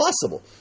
possible